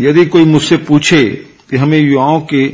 यदि कोई मुझसे पूछे कि हमें युवाओं के